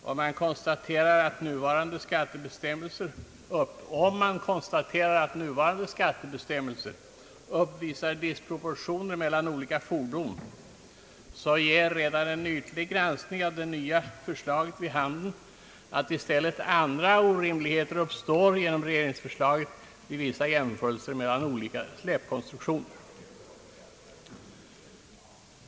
Om man konstaterar att nuvarande skattebestämmelser uppvisar disproportioner mellan olika fordon, så ger redan en ytlig granskning av det nya förslaget vid handen att i stället andra orimligheter uppstår genom regeringsförslaget vid vissa jämförelser mellan olika släpkonstruktioner.